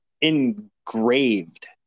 engraved